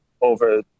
over